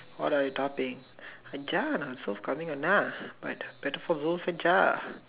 what are you talking uh Janah so is he coming or not but better for Zul's said Jah